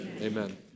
amen